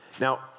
Now